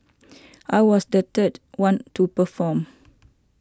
I was the third one to perform